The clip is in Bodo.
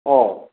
अ